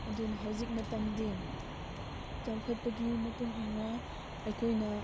ꯑꯗꯨꯅ ꯍꯧꯖꯤꯛ ꯃꯇꯝꯗꯤ ꯆꯥꯎꯈꯠꯄꯒꯤ ꯃꯇꯨꯡ ꯏꯟꯅ ꯑꯩꯈꯣꯏꯅ